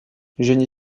génie